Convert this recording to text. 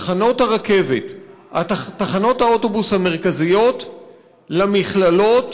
תחנות הרכבת ותחנות האוטובוס המרכזיות למכללות